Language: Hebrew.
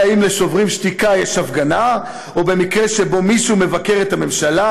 אלא אם כן ל"שוברים שתיקה" יש הפגנה או במקרה מישהו מבקר את הממשלה.